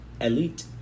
elite